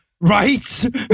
Right